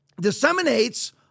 disseminates